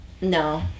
no